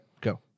go